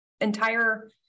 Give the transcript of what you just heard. entire